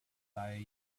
they